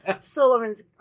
Solomon's